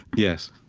yes,